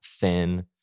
thin